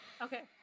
Okay